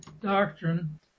doctrine